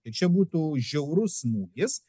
tai čia būtų žiaurus smūgis